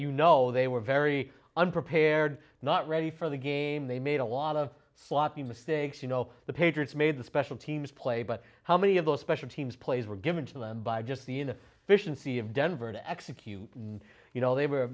you know they were very unprepared not ready for the game they made a lot of sloppy mistakes you know the patriots made the special teams play but how many of those special teams plays were given to them by just the in vision c of denver to execute you know they were